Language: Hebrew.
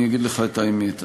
אגיד לך את האמת,